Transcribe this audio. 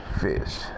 fish